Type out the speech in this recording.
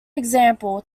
example